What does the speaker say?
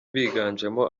biganjemo